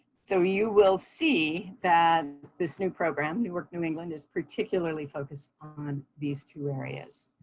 so you will see that this new program, new work new england, is particularly focused on these two areas,